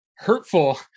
hurtful